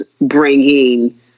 bringing